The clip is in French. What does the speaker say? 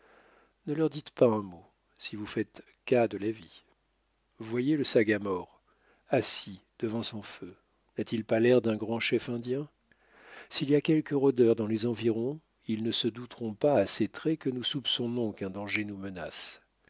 ne leur dites pas un mot si vous faites cas de la vie voyez le sagamore assis devant son feu n'a-t-il pas l'air d'un grand chef indien s'il y a quelques rôdeurs dans les environs ils ne se douteront pas à ses traits que nous soupçonnons qu'un danger nous menace